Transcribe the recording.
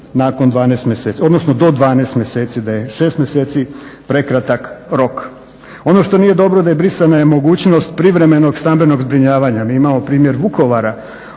nakon 12 mjeseci, odnosno do 12 mjeseci, da je 6 mjeseci prekratak rok. Ono što nije dobro, brisana je mogućnost privremenog stambenog zbrinjavanja. Mi imamo primjer Vukovara